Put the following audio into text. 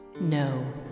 No